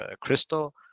Crystal